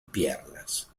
piernas